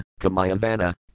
Kamayavana